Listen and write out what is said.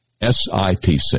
SIPC